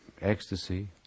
ecstasy